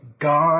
God